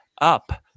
up